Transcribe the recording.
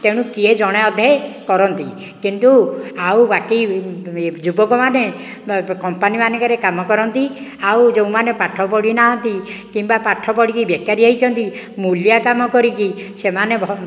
ତେଣୁ କିଏ ଜଣେ ଅଧେ କରନ୍ତି କିନ୍ତୁ ଆଉ ବାକି ଏ ଯୁବକମାନେ କମ୍ପାନୀ ମାନଙ୍କରେ କାମ କରନ୍ତି ଆଉ ଯୋଉମାନେ ପାଠପଢ଼ି ନାହାନ୍ତି କିମ୍ବା ପାଠପଢ଼ିକି ବେକାରି ହେଇଛନ୍ତି ମୁଲିଆ କାମ କରିକି ସେମାନେ ଭଲ